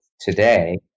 today